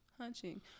Hunching